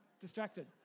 distracted